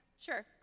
sure